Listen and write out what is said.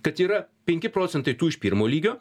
kad yra penki procentai tų iš pirmo lygio